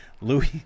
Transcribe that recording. Louis